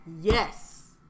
Yes